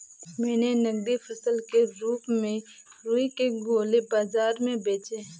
मैंने नगदी फसल के रूप में रुई के गोले बाजार में बेचे हैं